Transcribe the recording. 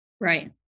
Right